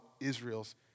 Israel's